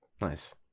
Nice